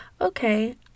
okay